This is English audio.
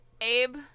Abe